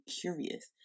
curious